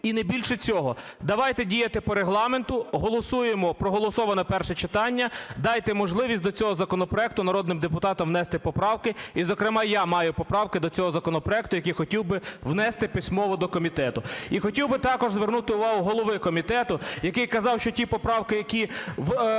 і не більше цього. Давайте діяти по Регламенту, голосуємо проголосоване перше читання. Дайте можливість до цього законопроекту народним депутатам внести поправки, і зокрема я маю поправки до цього законопроекту, який хотів би внести письмово до комітету. І хотів би також звернути увагу голови комітету, який казав, що ті поправки, які слушні